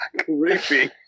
Creepy